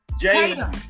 Tatum